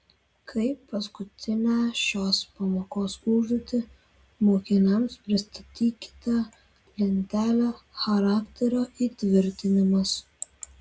kaip paskutinę šios pamokos užduotį mokiniams pristatykite lentelę charakterio įtvirtinimas